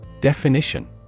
Definition